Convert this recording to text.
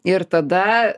ir tada